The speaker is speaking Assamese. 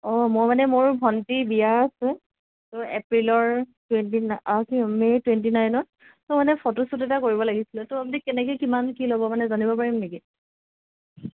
অঁ মই মানে মোৰ ভণ্টিৰ বিয়া আছে ত' এপ্ৰিলৰ টুৱেণ্টি কি মে'ৰ টুৱেণ্টি নাইনত ত' মানে ফটো শ্বুট এটা কৰিব লাগিছিলে ত' আপুনি কেনেকৈ কিমান কি ল'ব মানে জানিব পাৰিম নেকি